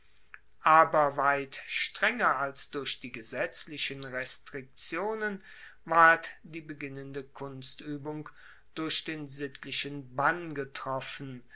aber weit strenger als durch die gesetzlichen restriktionen ward die beginnende kunstuebung durch den sittlichen bann getroffen